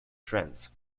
trends